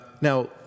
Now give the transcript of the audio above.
Now